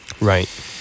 right